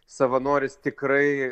savanoris tikrai